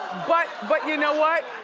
but but you know what?